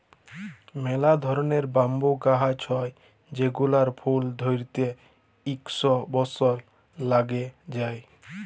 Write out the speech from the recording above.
ম্যালা ধরলের ব্যাম্বু গাহাচ হ্যয় যেগলার ফুল ধ্যইরতে ইক শ বসর ল্যাইগে যায়